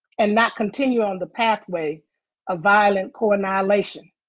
and not continue on the pathway of violent coannihilation.